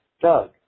Doug